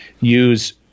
use